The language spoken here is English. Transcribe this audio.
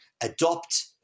adopt